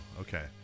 Okay